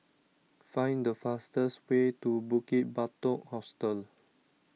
find the fastest way to Bukit Batok Hostel